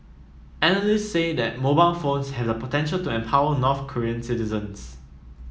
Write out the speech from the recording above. analysts say that mobile phones has the potential to empower North Korean citizens